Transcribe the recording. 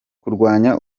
kurwanya